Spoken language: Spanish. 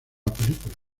película